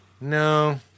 no